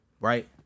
right